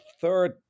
third